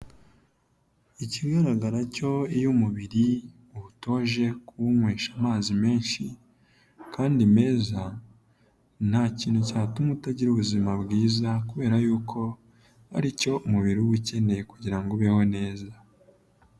Ikigaragara cyo iyo umubiri uwutoje kuwunywesha amazi menshi kandi meza, nta kintu cyatuma utagira ubuzima bwiza kubera yuko ari cyo umubiri uba ukeneye kugira ngo ubeho neza.